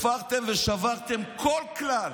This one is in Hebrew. הפרתם ושברתם כל כלל.